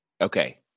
Okay